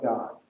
God